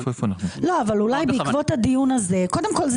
קודם כל,